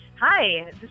Hi